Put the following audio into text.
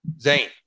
Zane